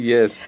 Yes